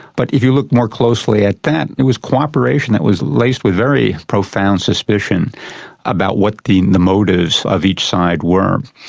but if you look more closely at that, it was cooperation that was laced with very profound suspicion about what the the motives of each side were.